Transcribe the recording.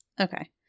Okay